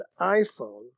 iPhone